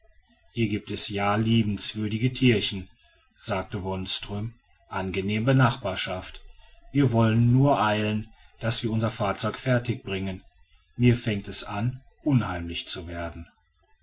hier gibt es ja liebenswürdige tierchen sagte wonström angenehme nachbarschaft wir wollen nur eilen daß wir unser fahrzeug fertig bringen mir fängt es an unheimlich zu werden